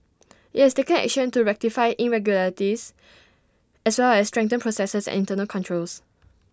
IT has taken action to rectify irregularities as well as strengthen processes internal controls